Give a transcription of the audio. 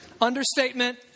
Understatement